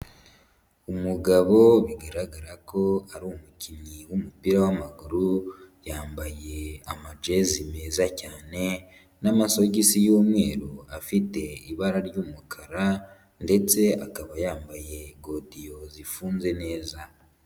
Umugabo bigaragara ko ari umukinnyi w'umupira w'amaguru, yambaye amajezi meza cyane n'amasogisi yu'umweru afite ibara ry'umukara ndetse akaba yambaye godiyo zifunze neza.